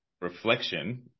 reflection